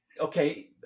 Okay